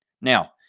Now